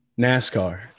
NASCAR